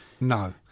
No